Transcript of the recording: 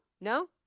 No